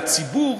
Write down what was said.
והציבור